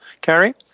Carrie